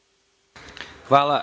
Hvala.